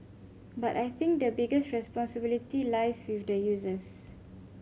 but I think the biggest responsibility lies with the users